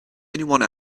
anyone